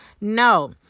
No